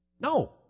No